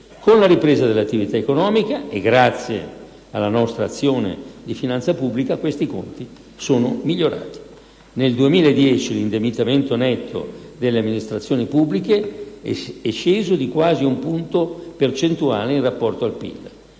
Con la ripresa dell'attività economica e grazie alla nostra azione di finanza pubblica, questi conti sono migliorati. Nel 2010 l'indebitamento netto delle amministrazioni pubbliche è sceso di quasi un punto percentuale in rapporto al PIL